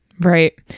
Right